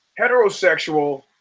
heterosexual